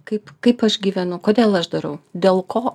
kaip kaip aš gyvenu kodėl aš darau dėl ko